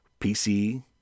PC